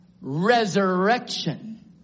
resurrection